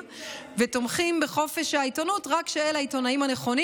ותומכים בחופש העיתונות רק שאלה העיתונאים הנכונים.